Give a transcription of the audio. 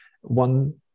one